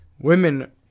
women